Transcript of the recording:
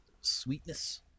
sweetness